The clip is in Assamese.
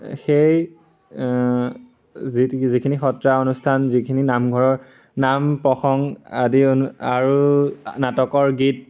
সেই যিখিনি সত্ৰ অনুষ্ঠান যিখিনি নামঘৰৰ নাম প্ৰসংগ আদি অনু আৰু নাটকৰ গীত